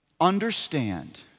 understand